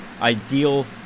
ideal